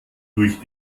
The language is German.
durch